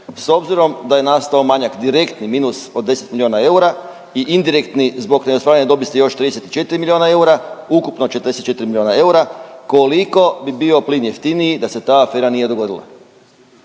S obzirom da je nastao manjak direktni minus od 10 milijuna eura i indirektni zbog neostvarene dobiti još 34 milijuna eura, ukupno 44 milijuna eura, koliko bi bio plin jeftiniji da se ta afera nije dogodila?